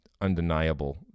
undeniable